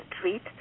treat